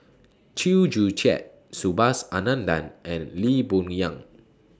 Chew Joo Chiat Subhas Anandan and Lee Boon Yang